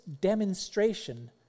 demonstration